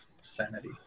sanity